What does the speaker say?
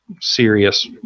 serious